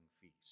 feast